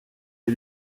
les